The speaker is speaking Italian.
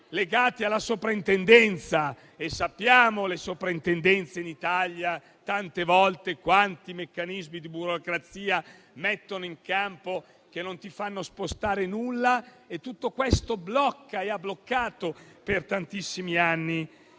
legati alla soprintendenza (e sappiamo le soprintendenze in Italia tante volte quanti meccanismi di burocrazia mettono in campo, che non consentono di spostare nulla). Tutto questo ha bloccato per tantissimi anni